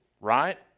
right